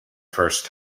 first